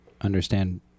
understand